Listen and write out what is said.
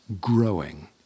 growing